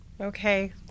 Okay